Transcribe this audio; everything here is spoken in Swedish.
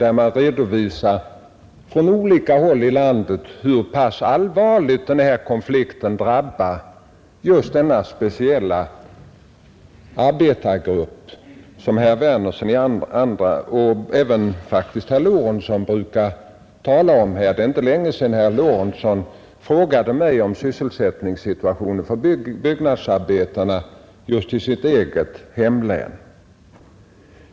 Där redovisar man från olika håll i landet hur pass allvarligt konflikten drabbar just denna speciella arbetargrupp, som herr Werner i Tyresö och faktiskt även herr Lorentzon brukar tala om. Det är inte länge sedan herr Lorentzon frågade mig om sysselsättningssituationen för byggnadsarbetarna i hans eget hemlän.